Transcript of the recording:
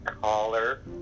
caller